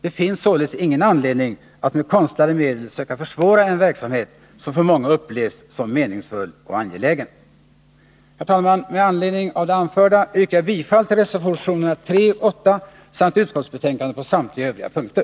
Det finns således ingen anledning att med konstlade medel söka försvåra en verksamhet som för många upplevs som meningsfull och angelägen. Herr talman! Med anledning av det anförda yrkar jag bifall till reservationerna 3 och 8 samt till utskottets hemställan på samtliga övriga punkter.